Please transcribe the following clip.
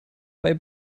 bei